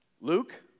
Luke